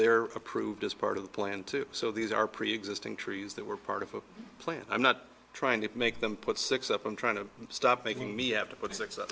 there approved as part of the plan too so these are preexisting trees that were part of a plan i'm not trying to make them put six up and trying to stop making me have to put six